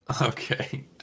Okay